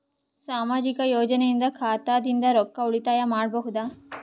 ಸಾಮಾಜಿಕ ಯೋಜನೆಯಿಂದ ಖಾತಾದಿಂದ ರೊಕ್ಕ ಉಳಿತಾಯ ಮಾಡಬಹುದ?